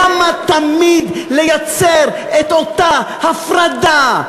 למה תמיד לייצר את אותה הפרדה,